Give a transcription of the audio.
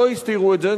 לא הסתירו את זה.